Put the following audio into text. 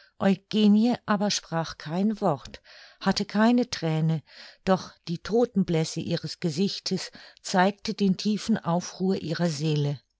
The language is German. aber sprach kein wort hatte keine thräne doch die todtenblässe ihres gesichtes zeigte den tiefen aufruhr ihrer seele